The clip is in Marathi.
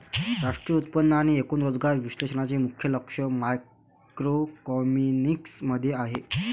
राष्ट्रीय उत्पन्न आणि एकूण रोजगार विश्लेषणाचे मुख्य लक्ष मॅक्रोइकॉनॉमिक्स मध्ये आहे